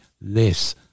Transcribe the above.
less